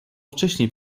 wcześniej